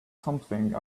something